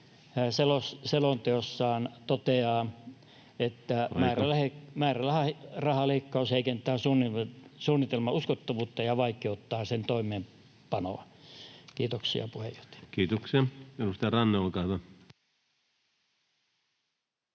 selonteosta, että [Puhemies: Aika!] määrärahaleikkaus heikentää suunnitelman uskottavuutta ja vaikeuttaa sen toimeenpanoa. — Kiitoksia, puheenjohtaja. [Speech